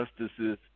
justices